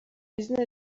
izina